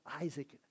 Isaac